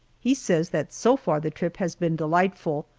he says that so far the trip has been delightful,